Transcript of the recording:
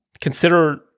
consider